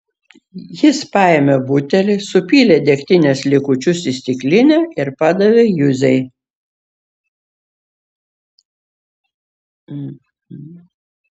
jis paėmė butelį supylė degtinės likučius į stiklinę ir padavė juzei